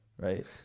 right